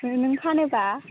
नों फानोब्ला